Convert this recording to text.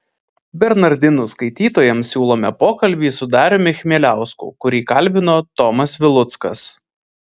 bernardinų skaitytojams siūlome pokalbį su dariumi chmieliausku kurį kalbino tomas viluckas